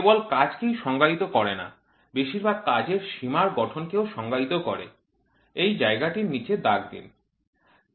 কেবল কাজকেই সংজ্ঞায়িত করে না বেশিরভাগ গেজের সীমা র গঠন কেও সংজ্ঞায়িত করে এই জায়গাটির নিচে দাগ দিন